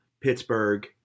Pittsburgh